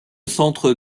centre